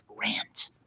Rant